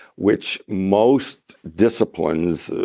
which most disciplines.